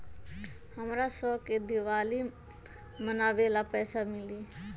हमरा शव के दिवाली मनावेला पैसा मिली?